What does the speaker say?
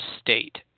state